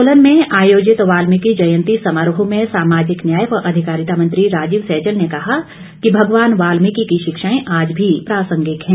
सोलन में आयोजित वाल्मीकि जयंती समारोह में सामाजिक न्याय व अधिकारिता मंत्री राजीव सहजल ने कहा कि भगवान वाल्मीकि की शिक्षाएं आज भी प्रासंगिक हैं